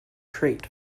treat